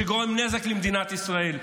שגורם נזק למדינת ישראל.